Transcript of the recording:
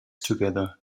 together